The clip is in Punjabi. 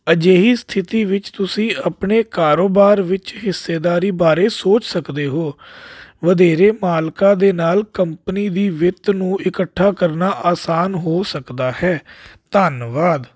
ਅਜਿਹੀ ਸਥਿਤੀ ਵਿੱਚ ਤੁਸੀਂ ਆਪਣੇ ਕਾਰੋਬਾਰ ਵਿੱਚ ਹਿੱਸੇਦਾਰੀ ਬਾਰੇ ਸੋਚ ਸਕਦੇ ਹੋ ਵਧੇਰੇ ਮਾਲਕਾਂ ਦੇ ਨਾਲ ਕੰਪਨੀ ਦੀ ਵਿੱਤ ਨੂੰ ਇਕੱਠਾ ਕਰਨਾ ਆਸਾਨ ਹੋ ਸਕਦਾ ਹੈ ਧੰਨਵਾਦ